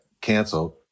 canceled